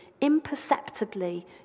imperceptibly